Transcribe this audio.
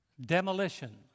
Demolition